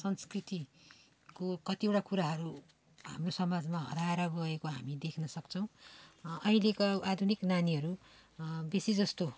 संस्कृति को कतिवटा कुराहरू हाम्रो समाजमा हराएर गएको हामी देख्न सक्छौँ अहिलेका आधुनिक नानीहरू बेसी जस्तो